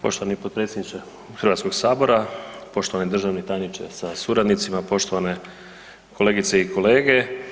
Poštovani potpredsjedniče Hrvatskog sabora, poštovani državni tajniče sa suradnicima, poštovane kolegice i kolege.